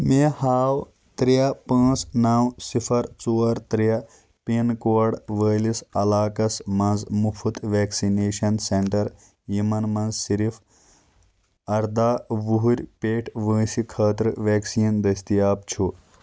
مےٚ ہاو ترٛےٚ پٲنٛژھ نو صِفر ژور ترٛےٚ پِن کوڈ وٲلِس علاقس مَنٛز مُفٕط وٮ۪کسنیٚشن سینٹر یِمَن مَنٛز صِرف ارداہ وُہُرٕۍ پیٚٹھۍ وٲنٛسہِ خٲطرٕ وٮ۪کسیٖن دٔستِیاب چھُ